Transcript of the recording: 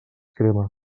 crema